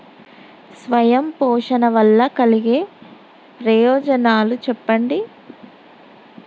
స్వయం పోషణ వల్ల కలిగే ప్రయోజనాలు చెప్పండి?